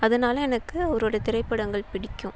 அதனால் எனக்கு அவரோடய திரைப்படங்கள் பிடிக்கும்